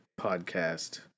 podcast